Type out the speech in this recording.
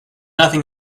nothing